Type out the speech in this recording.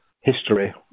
history